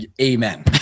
amen